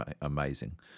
amazing